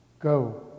Go